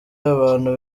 abantu